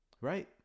right